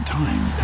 time